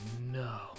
no